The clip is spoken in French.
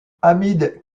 hamid